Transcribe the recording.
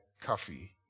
coffee